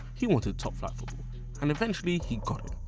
he wanted top flight football and eventually he got it,